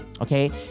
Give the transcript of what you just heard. okay